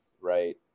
right